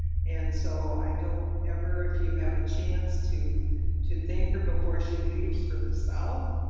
and so i don't ever, if you have a chance to to thank her before she leaves for the south.